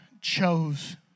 chose